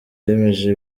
yemeje